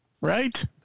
Right